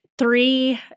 Three